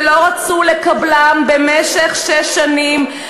ולא רצו לקבלם במשך שש שנים,